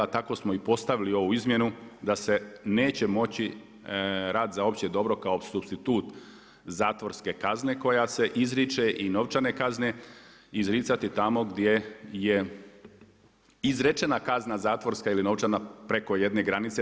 Tako smo i postavili ovu izmjenu da se neće moći rad za opće dobro kao supstitut zatvorske kazne koja se izriče i novčane kazne izricati tamo gdje je izrečena kazna zatvorska ili novčana preko jedne granice.